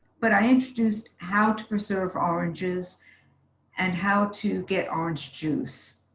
but i introduced how to preserve oranges and how to get orange juice.